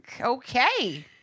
Okay